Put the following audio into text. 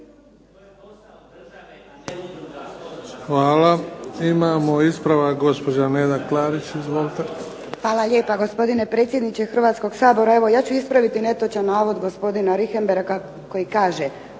Hvala. Imamo ispravak, gospođa Neda Klarić. Izvolite. **Klarić, Nedjeljka (HDZ)** Hvala lijepa gospodine predsjedniče Hrvatskog sabora. Evo ja ću ispraviti netočan navod gospodina Richembergha koji kaže: